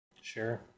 sure